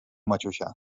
maciusia